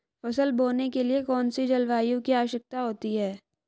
फसल बोने के लिए कौन सी जलवायु की आवश्यकता होती है?